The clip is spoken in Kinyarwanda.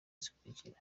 zikurikira